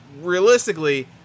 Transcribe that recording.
realistically